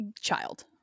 child